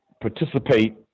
participate